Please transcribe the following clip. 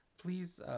Please